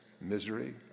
misery